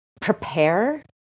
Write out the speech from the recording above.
prepare